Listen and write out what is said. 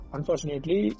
Unfortunately